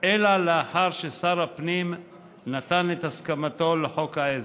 אלא לאחר ששר הפנים נתן את הסכמתו לחוק העזר.